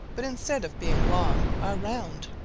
but instead of being long, are round.